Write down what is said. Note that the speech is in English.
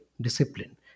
discipline